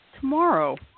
tomorrow